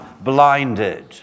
blinded